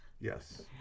Yes